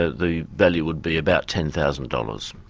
ah the value would be about ten thousand dollars.